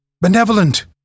benevolent